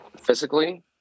physically